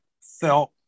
felt